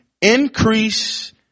increase